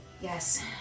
Yes